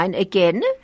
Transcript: again